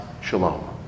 shalom